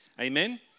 Amen